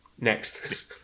next